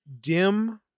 dim